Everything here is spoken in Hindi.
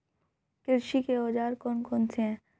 कृषि के औजार कौन कौन से हैं?